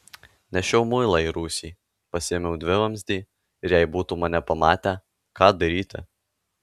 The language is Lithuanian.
nešiau muilą į rūsį pasiėmiau dvivamzdį ir jei būtų mane pamatę ką daryti